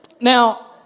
Now